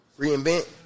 Reinvent